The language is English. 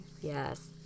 yes